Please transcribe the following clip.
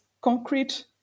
concrete